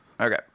okay